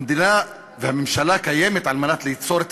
המדינה והממשלה קיימות על מנת ליצור את